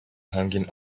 hanging